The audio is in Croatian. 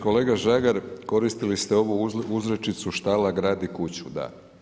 Kolega Žagar koristili ste ovu uzrečicu štala gradi kuću, da.